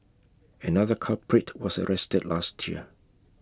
another culprit was arrested last year